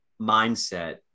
mindset